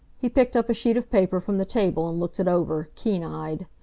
he picked up a sheet of paper from the table and looked it over, keen-eyed.